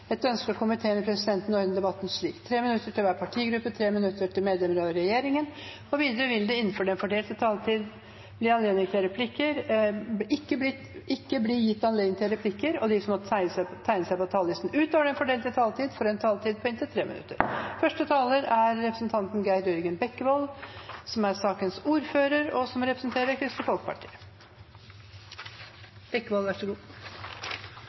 etter voteringen. Etter ønske fra helse- og omsorgskomiteen vil presidenten ordne debatten slik: 3 minutter til hver partigruppe og 3 minutter til medlemmer av regjeringen. Videre vil det – innenfor den fordelte taletid – ikke bli gitt anledning til replikker, og de som måtte tegne seg på talerlisten utover den fordelte taletiden, får også en taletid på inntil 3 minutter.